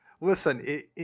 Listen